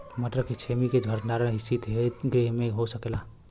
मटर के छेमी के भंडारन सितगृह में हो सकेला?